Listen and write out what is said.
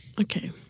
Okay